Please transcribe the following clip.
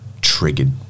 triggered